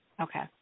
Okay